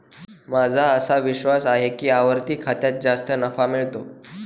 माझा असा विश्वास आहे की आवर्ती खात्यात जास्त नफा मिळतो